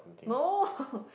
no